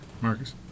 Marcus